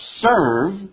serve